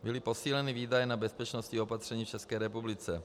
Byly posíleny výdaje na bezpečnostní opatření v České republice.